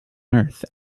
earth